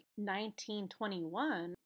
1921